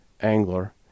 angler